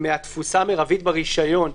מהתפוסה המרבית ברישיון,